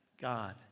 God